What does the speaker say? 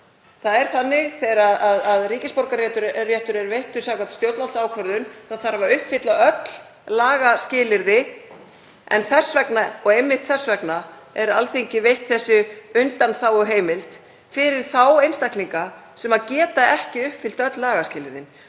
Það er þannig að þegar ríkisborgararétturinn er veittur samkvæmt stjórnvaldsákvörðun þá þarf að uppfylla öll lagaskilyrði en þess vegna, og einmitt þess vegna, er Alþingi veitt þessi undanþáguheimild fyrir þá einstaklinga sem geta ekki uppfyllt öll lagaskilyrðin.